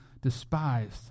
despised